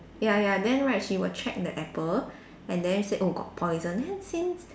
ya ya then right she will check the apple and then say oh got poison then since